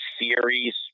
series